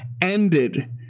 ended